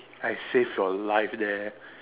I saved your life there